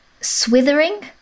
Swithering